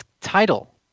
title